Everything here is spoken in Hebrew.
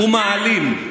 מסכימים ומעלים.